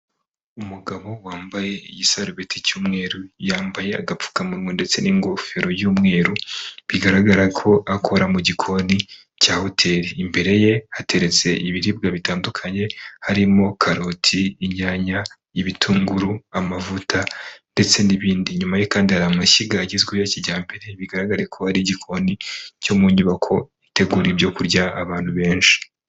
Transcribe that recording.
Umugabo wambaye igisarubeti cy'umweru, yambaye agapfukamunwa ndetse n'ingofero y'umweru, bigaragara ko akora mu gikoni cya hoteri. Imbere ye hateretse ibiribwa bitandukanye harimo karoti, inyanya, ibitunguru, amavuta ndetse n'ibindi. Inyuma ye kandi hari amashyiga agezweho ya kijyambere, bigaraga ko ari igikoni cyo mu nyubako itegurira ibyo kurya abantu benshi.